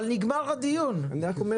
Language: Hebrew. אבל הדיון נגמר.